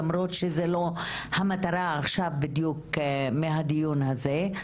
למרות שזה לא המטרה עכשיו בדיוק מהדיון הזה.